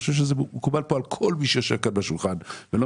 ואני חושב שזה מקובל פה על כל מי שיושב סביב השולחן הזה,